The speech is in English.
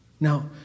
Now